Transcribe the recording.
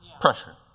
pressure